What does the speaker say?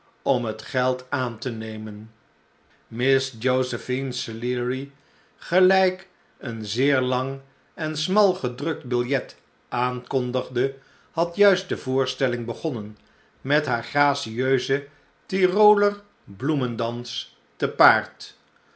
om het geld aan te nemen miss josephine sleary gelijk een zeer lang en smal gedrukt biljet aankondigde had juistde voorstelling begonnen met haar gracieusen tyroler bloemendans te paard